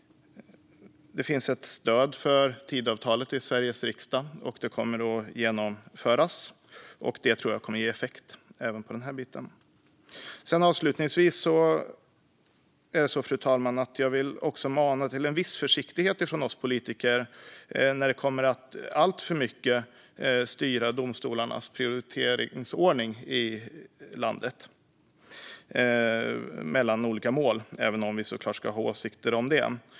Det finns ett stöd för Tidöavtalet i Sveriges riksdag, och det kommer att genomföras. Det tror jag kommer att ge effekt även i fråga om detta. Fru talman! Avslutningsvis vill jag också mana till en viss försiktighet från oss politiker när det handlar om att alltför mycket styra domstolarnas prioriteringsordning mellan olika mål i landet, även om vi såklart ska ha åsikter om det.